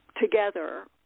together